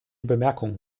bemerkungen